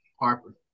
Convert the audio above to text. Harper